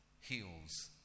heals